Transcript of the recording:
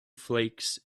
flakes